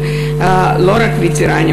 שלא רק הווטרנים,